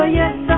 yes